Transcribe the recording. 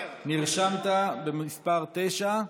נרשמת במס' 9,